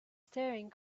staring